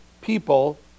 people